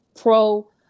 pro